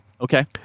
Okay